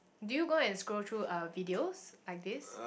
do you go and scroll through uh videos like this